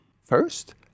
First